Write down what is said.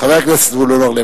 חבר הכנסת זבולון אורלב,